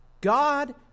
God